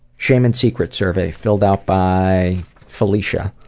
shame and secrets survey filled out by felicia.